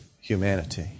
humanity